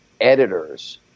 editors